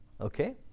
okay